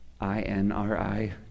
I-N-R-I